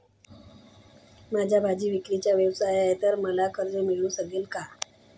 माझा भाजीविक्रीचा व्यवसाय आहे तर मला कर्ज मिळू शकेल का?